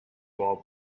while